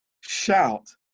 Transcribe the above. shout